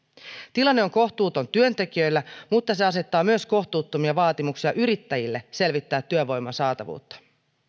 tilanne on kohtuuton työntekijöillä mutta se asettaa myös kohtuuttomia vaatimuksia yrittäjille selvittää työvoiman saatavuutta